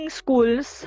schools